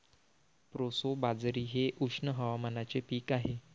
proso बाजरी हे उष्ण हवामानाचे पीक आहे